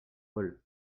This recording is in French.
vol